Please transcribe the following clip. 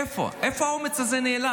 איפה, איפה האומץ הזה נעלם?